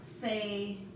say